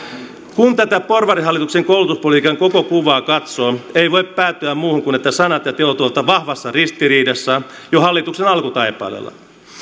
kun tätä porvarihallituksen koulutuspolitiikan koko kuvaa katsoo ei voi päätyä muuhun kuin että sanat ja teot ovat vahvassa ristiriidassa jo hallituksen alkutaipaleella